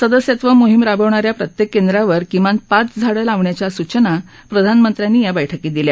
सदस्यत्व मोहीम राबवणा या प्रत्येक केंद्रावर किमान पाच झाडं लावण्याच्या सूचना प्रधानमंत्र्यांनी या बैठकीत दिल्या